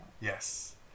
Yes